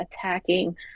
attacking